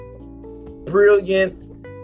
brilliant